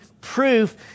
proof